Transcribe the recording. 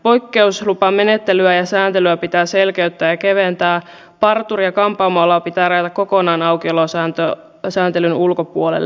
poikkeuslupamenettelyä ja sääntelyä pitää selkeyttää ja keventää parturi ja kampaamoala pitää rajata kokonaan aukiolosääntelyn ulkopuolelle